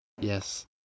Yes